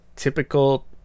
Typical